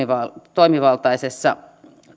toimivaltaisessa